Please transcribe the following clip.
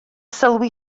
sylwi